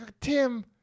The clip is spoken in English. Tim